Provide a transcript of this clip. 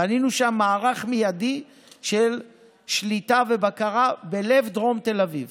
בנינו שם מערך מיידי של שליטה ובקרה בלב דרום תל אביב